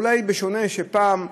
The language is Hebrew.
אולי בשונה מפעם,